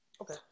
Okay